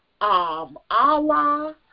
Allah